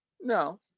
No